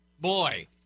boy